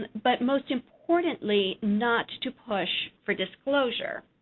but most importantly, not to push for disclosure.